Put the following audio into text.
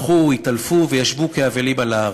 בכו, התעלפו וישבו כאבלים על הארץ.